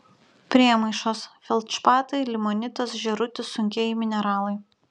priemaišos feldšpatai limonitas žėrutis sunkieji mineralai